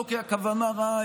לא כי הכוונה רעה,